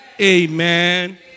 Amen